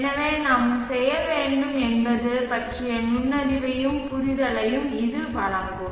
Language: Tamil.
எனவே நாங்கள் என்ன செய்ய வேண்டும் என்பது பற்றிய நுண்ணறிவையும் புரிதலையும் இது வழங்கும்